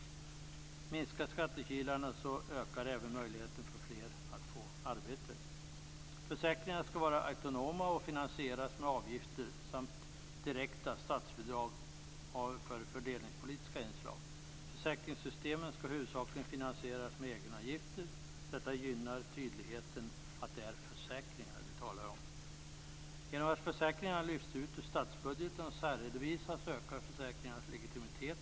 Om skattekilarna minskar, ökar även möjligheterna för fler att få arbete. Försäkringarna skall vara autonoma och finansieras med avgifter och direkta statsbidrag för fördelningspolitiska inslag. Försäkringssystemen skall huvudsakligen finansieras med egenavgifter. Det gynnar tydligheten att det är försäkringar som vi talar om. Genom att försäkringarna lyfts ut ur statsbudgeten och särredovisas ökar försäkringarnas legitimitet.